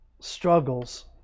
struggles